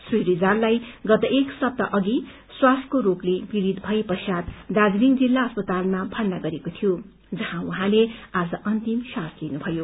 श्री रिजाललाई गत एक सप्ताह अवि स्वासको रोगले पीड़ित भए पश्वात दार्जीलिङ जिल्ला अस्पतालमा भर्ना गरिएको थियो जहाँ उहाँले आज अन्तीम सांस लिनु भयो